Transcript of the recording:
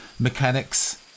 mechanics